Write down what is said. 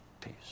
Peace